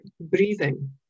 breathing